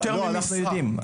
אנחנו יודעים.